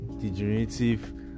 degenerative